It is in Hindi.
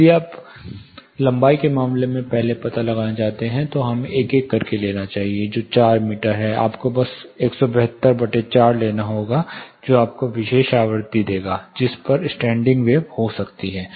यदि आप लंबाई के मामले में पहले पता लगाना चाहते हैं तो हमें एक एक करके लेना चाहिए जो 4 मीटर है आपको बस 1724 लेना होगा जो आपको विशेष आवृत्ति देगा जिस पर स्टैंडिंग वेव हो सकती है